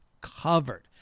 covered